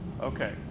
Okay